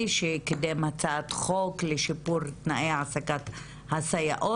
שקידם הצעת חוק לשיפור תנאי העסקת הסייעות.